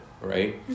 right